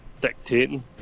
dictating